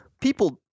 people